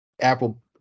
Apple